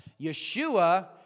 Yeshua